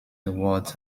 award